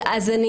אז אני